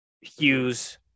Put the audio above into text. Hughes